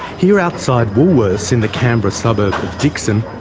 here, outside woolworths in the canberra suburb of dickson,